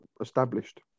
established